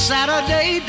Saturday